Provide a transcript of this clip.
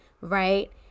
right